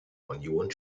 union